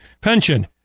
pension